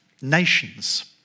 nations